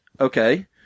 okay